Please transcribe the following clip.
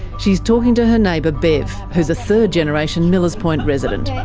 she's talking to her neighbour bev, who is a third generation millers point resident.